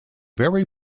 very